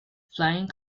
flying